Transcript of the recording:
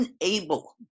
unable